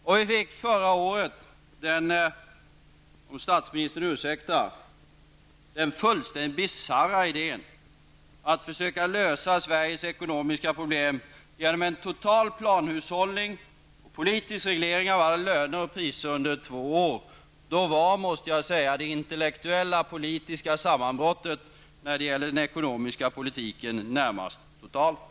Sedan presenterades -- om statsministern ursäktar -- förra året den fullständigt bisarra idén att försöka lösa Sveriges ekonomiska problem genom en total planhushållning med politisk reglering av alla löner och priser under två år. Då var det intellektuella, politiska sammanbrottet när det gäller den ekonomiska politiken närmast totalt.